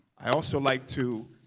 i also like to